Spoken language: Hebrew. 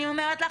אני אומרת לך,